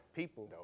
people